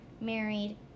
married